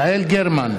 יעל גרמן,